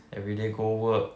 everyday go work